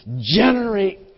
generate